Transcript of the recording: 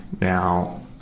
Now